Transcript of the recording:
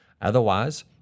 Otherwise